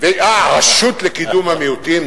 הרשות לקידום המיעוטים.